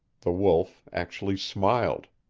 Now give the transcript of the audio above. the wolf actually smiled.